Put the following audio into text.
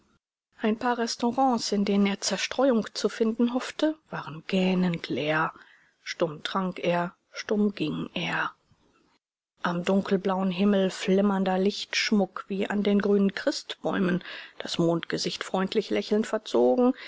ein paar restaurants in denen er zerstreuung zu finden hoffte waren gähnend leer stumm trank er stumm ging er am dunkelblauen himmel flimmernder lichtschmuck wie an den grünen christbäumen das mondgesicht freundlich lächelnd verzogen